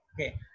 Okay